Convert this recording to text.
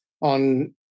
on